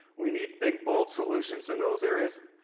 we need big bold solutions in those areas.